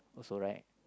also right